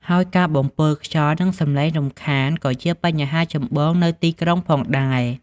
ហើយការបំពុលខ្យល់ និងសំឡេងរំខានក៏ជាបញ្ហាចម្បងនៅទីក្រុងផងដែរ។